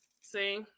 See